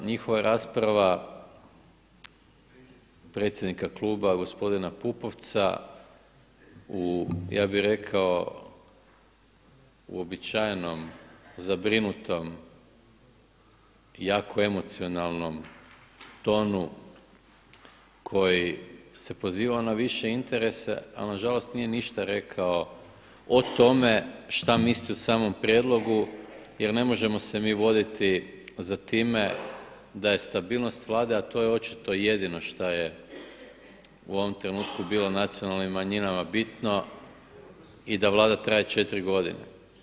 Njihova rasprava predsjednika kluba gospodina Pupovca u ja bih rekao uobičajenom zabrinutom jako emocionalnom tonu koji se pozivao na više interese, a na žalost nije ništa rekao o tome šta misli o samom prijedlogu, jer ne možemo se mi voditi za time da je stabilnost Vlade, a to je očito i jedino šta je u ovom trenutku bilo nacionalnim manjinama bitno i da Vlada traje četiri godine.